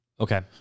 Okay